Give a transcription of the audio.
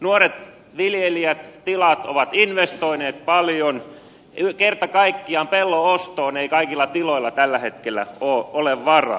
nuoret viljelijät tilat ovat investoineet paljon ja kerta kaikkiaan pellon ostoon ei kaikilla tiloilla tällä hetkellä ole varaa